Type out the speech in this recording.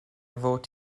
fod